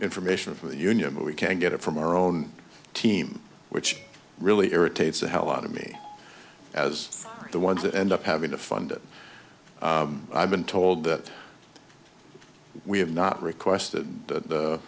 information from the union but we can't get it from our own team which really irritates the hell out of me as the ones that end up having to fund it i've been told that we have not requested the